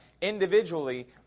individually